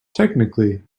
technically